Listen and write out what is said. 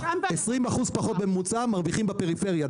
20% פחות בממוצע מרוויחים בפריפריה,